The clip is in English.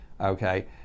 okay